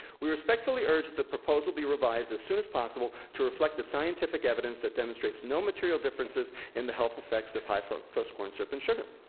we respectfully urge that the proposal be revised as soon as possible to reflect the scientific evidence that demonstrates no material differences in the health effects of high fructose corn syrup and sugar.